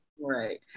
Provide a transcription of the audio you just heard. right